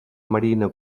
marina